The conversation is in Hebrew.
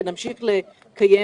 ונמשיך לקיים,